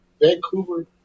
Vancouver